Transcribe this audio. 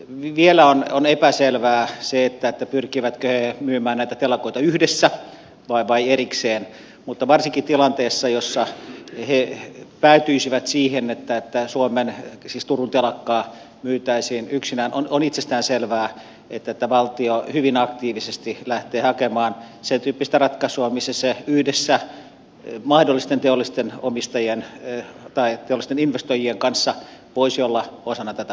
vielä on epäselvää se pyrkivätkö he myymään näitä telakoita yhdessä vai erikseen mutta varsinkin tilanteessa jossa he päätyisivät siihen että suomen siis turun telakkaa myytäisiin yksinään on itsestään selvää että valtio hyvin aktiivisesti lähtee hakemaan sen tyyppistä ratkaisua missä se yhdessä mahdollisten teollisten investoijien kanssa voisi olla osana tätä harjoitusta